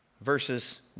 verses